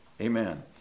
Amen